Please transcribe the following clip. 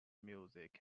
music